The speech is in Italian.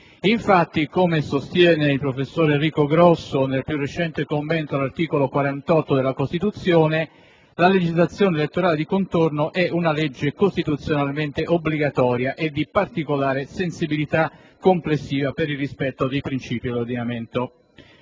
Infatti, come sostiene il professor Enrico Grosso, nel più recente commento all'articolo 48 della Costituzione, la legislazione elettorale di contorno è costituzionalmente obbligatoria e di particolare rilievo complessivo per il rispetto dei princìpi dell'ordinamento.